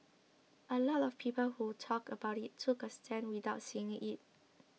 a lot of people who talked about it took a stand without seeing it